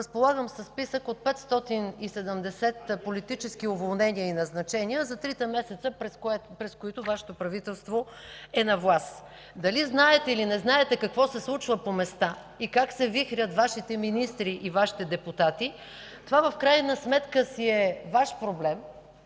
Разполагам със списък от 570 политически уволнения и назначения за трите месеца, през които Вашето правителство е на власт. Дали знаете, или не знаете какво се случва по места и как се вихрят Вашите министри и Вашите депутати, това в крайна сметка си е Ваш проблем,